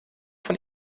von